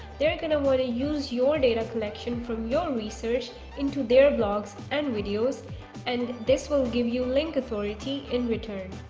they're gonna want to use your data collection from your research into their blogs and videos and this will give you link authority in return.